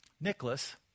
Nicholas